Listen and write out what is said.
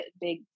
big